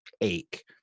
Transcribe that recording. ache